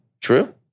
True